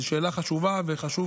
זו שאלה חשובה, וחשוב